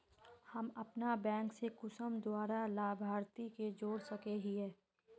हम अपन बैंक से कुंसम दूसरा लाभारती के जोड़ सके हिय?